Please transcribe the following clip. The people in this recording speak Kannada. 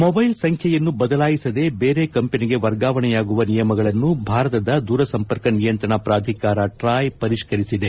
ಮೊಬೈಲ್ ಸಂಖ್ಯೆಯನ್ನು ಬದಲಾಯಿಸದೆ ಬೇರೆ ಕಂಪನಿಗೆ ವರ್ಗಾವಣೆಯಾಗುವ ನಿಯಮಗಳನ್ನು ಭಾರತದ ದೂರಸಂಪರ್ಕ ನಿಯಂತ್ರಣ ಪ್ರಾಧಿಕಾರ ಟ್ರಾಯ್ ಪರಿಷ್ಕರಿಸಿದೆ